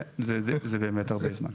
כן, זה באמת הרבה זמן.